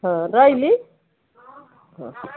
ହଁ ରହିଲି